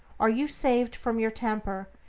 are you saved from your temper,